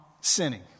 sinning